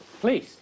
Please